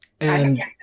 And-